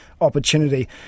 opportunity